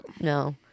No